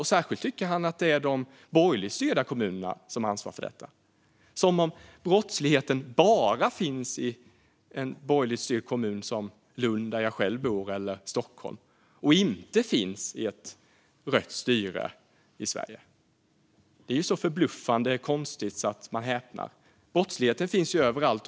Och särskilt tycker han att det är de borgerligt styrda kommunerna som har ansvaret för detta, som om brottsligheten bara finns i en borgerligt styrd kommun som Lund, där jag själv bor, eller i Stockholm och att den inte finns i rött styrda kommuner i Sverige. Detta är så förbluffande konstigt att man häpnar. Brottsligheten finns överallt.